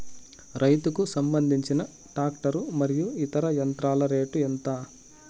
రైతుకు సంబంధించిన టాక్టర్ మరియు ఇతర యంత్రాల రేటు ఎంత?